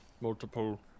multiple